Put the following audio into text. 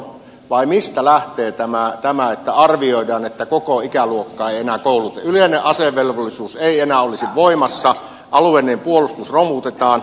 vai mistä lähtee tämä että arvioidaan että koko ikäluokkaa ei enää kouluteta yleinen asevelvollisuus ei enää olisi voimassa alueellinen puolustus romutetaan